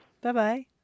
Bye-bye